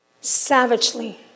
savagely